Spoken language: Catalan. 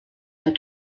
han